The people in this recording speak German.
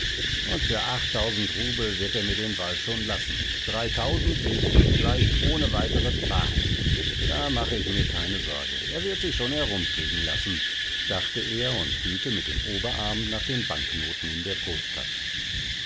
und für achttausend rubel wird er mir den wald schon lassen dreitausend lege ich ihm gleich ohne weiteres bar hin da mache ich mir keine sorge er wird sich schon herumkriegen lassen dachte er und fühlte mit dem oberarm nach den banknoten in der brusttasche